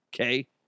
Okay